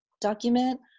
document